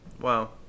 Wow